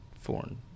foreign